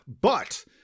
but-